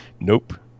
nope